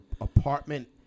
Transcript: apartment